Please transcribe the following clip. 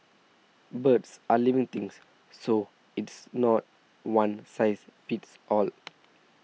birds are living things so it's not one size fits all